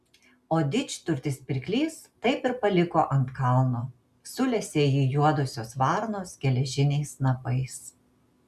o didžturtis pirklys taip ir paliko ant kalno sulesė jį juodosios varnos geležiniais snapais